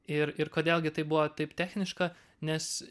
ir ir kodėl gi tai buvo taip techniška nes